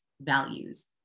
values